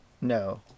No